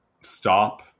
stop